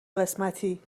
قسمتی